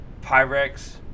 Pyrex